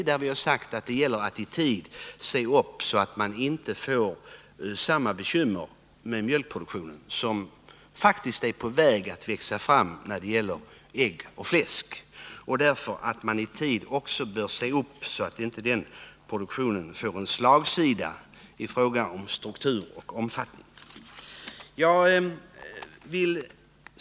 Vi har nämligen sagt att det gäller att i tid se upp så att vi inte får samma bekymmer med mjölkproduktionen som är på väg att växa fram när det gäller äggoch fläskproduktionen och att man även i tid bör se upp så att denna produktion inte får slagsida i fråga om struktur och omfattning.